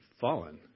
fallen